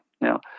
Now